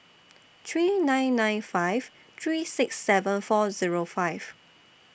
three nine nine five three six seven four Zero five